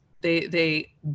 they—they